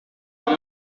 blue